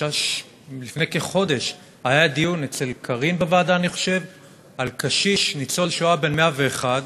שלפני כחודש היה דיון אצל קארין בוועדה על קשיש ניצול שואה בן 101,